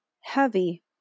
heavy